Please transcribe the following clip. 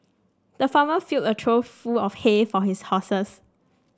the farmer filled a trough full of hay for his horses